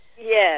Yes